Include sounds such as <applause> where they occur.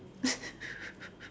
<laughs>